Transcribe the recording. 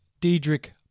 Diedrich